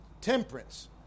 temperance